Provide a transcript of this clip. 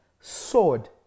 sword